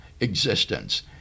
existence